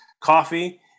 coffee